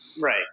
Right